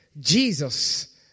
Jesus